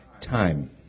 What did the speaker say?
time